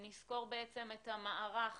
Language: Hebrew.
נסקור את המערך